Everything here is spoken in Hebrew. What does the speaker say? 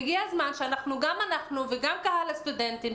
והגיע הזמן שגם אנחנו וגם קהל הסטודנטים,